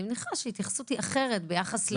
אני מניחה שההתייחסות היא אחרת ביחס למשהו אחר.